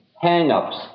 hang-ups